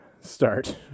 start